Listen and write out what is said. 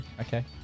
Okay